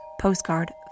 postcard